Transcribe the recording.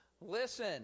listen